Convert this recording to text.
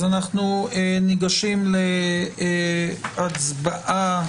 אז אנחנו ניגשים להצבעה